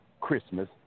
Christmas